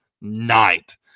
night